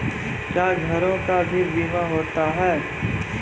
क्या घरों का भी बीमा होता हैं?